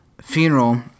funeral